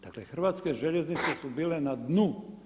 Dakle Hrvatske željeznice su bile na dnu.